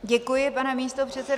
Děkuji, pane místopředsedo.